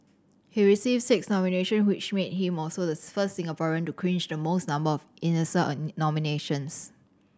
he received six nomination which made him also the first Singaporean to clinch the most number of Eisner nominations